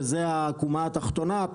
שזה העקומה התחתונה,